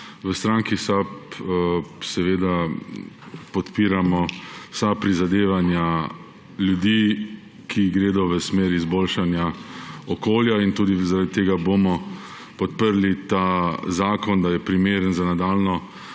V stranki SAB seveda podpiramo vsa prizadevanja ljudi, ki gredo v smeri izboljšanja okolja. Tudi zaradi tega bomo podprli ta zakon, da je primeren za nadaljnjo